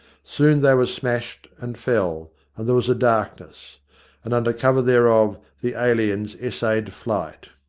soon they were smashed and fell, and there was a darkness and under cover thereof the aliens essayed flight.